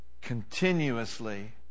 continuously